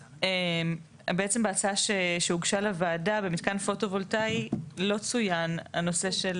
בעצם בהצעה שהוגשה לוועדה במתקן פוטו וולטאי לא צוין הנושא של